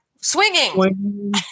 Swinging